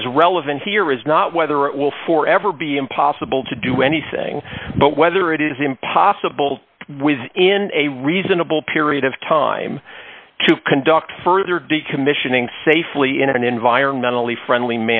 as relevant here is not whether it will forever be impossible to do anything but whether it is impossible with in a reasonable period of time to conduct further decommissioning safely in an environmentally friendly